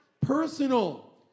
personal